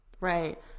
right